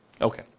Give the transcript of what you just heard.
Okay